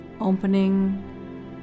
opening